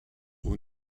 aux